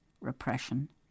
repression